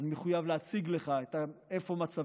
אני מחויב להציג לך מה מצבנו